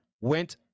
went